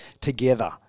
together